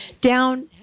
Down